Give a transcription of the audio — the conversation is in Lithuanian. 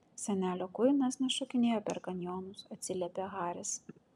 senelio kuinas nešokinėjo per kanjonus atsiliepė haris